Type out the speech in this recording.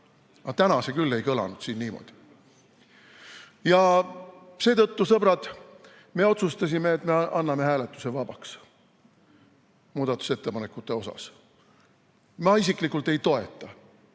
täna see küll ei kõlanud siin niimoodi. Ja seetõttu, sõbrad, me otsustasime, et me anname hääletuse muudatusettepanekute üle vabaks. Ma isiklikult ei toeta